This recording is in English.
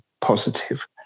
positive